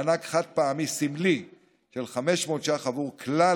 מענק חד-פעמי סמלי של 500 שקלים עבור כלל